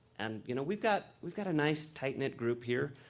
and, you know, we've got. we've got a nice, tight-knit group here.